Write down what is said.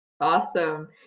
Awesome